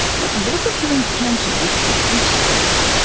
but what of her encounter with captain scott?